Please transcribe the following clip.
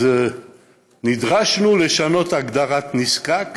אז נדרשנו לשנות הגדרת "נזקק"